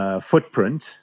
Footprint